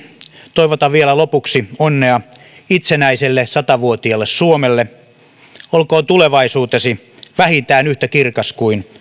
toivotan vielä lopuksi onnea itsenäiselle sata vuotiaalle suomelle olkoon tulevaisuutesi vähintään yhtä kirkas kuin